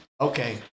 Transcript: Okay